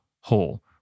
whole